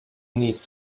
needs